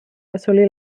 assolir